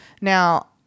Now